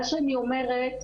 מה שאני אומרת,